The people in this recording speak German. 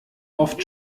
oft